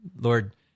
Lord